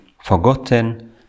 forgotten